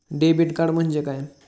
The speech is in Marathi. डेबिट कार्ड म्हणजे काय?